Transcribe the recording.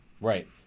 Right